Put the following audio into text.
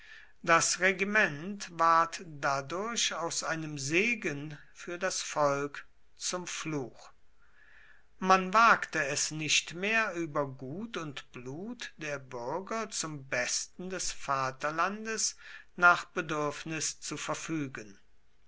das regiment ward dadurch aus einem segen für das volk zum fluch man wagte es nicht mehr über gut und blut der bürger zum besten des vaterlandes nach bedürfnis zu verfügen